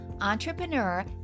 entrepreneur